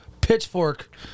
Pitchfork